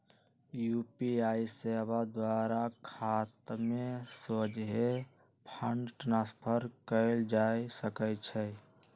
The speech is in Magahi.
यू.पी.आई सेवा द्वारा खतामें सोझे फंड ट्रांसफर कएल जा सकइ छै